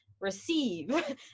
receive